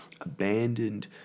abandoned